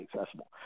accessible